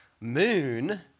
moon